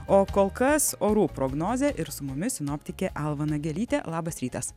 o kol kas orų prognozė ir su mumis sinoptikė alma nagelytė labas rytas